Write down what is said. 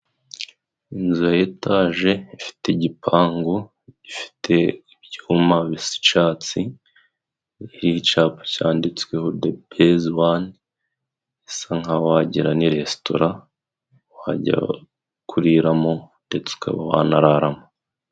Inzu ya etaje ifite igipangu, gifite ibyuma bis'icyatsi n'icyapa cyanditsweho, de peze wani isa nk'aho wagira ngo ni resitora wajya kuriramo, ndetse ukaba wanararamo.